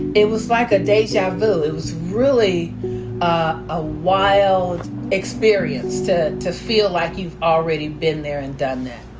it was like a deja vu. it was really ah a wild experience to to feel like you've already been there and done that.